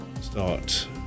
start